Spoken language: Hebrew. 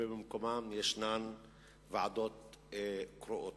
ובמקומן יש ועדות קרואות.